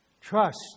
Trust